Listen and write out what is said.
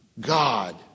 God